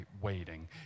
waiting